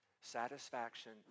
satisfaction